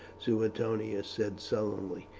suetonius said sullenly.